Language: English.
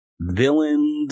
villains